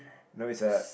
no it's a